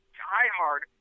diehard